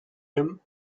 him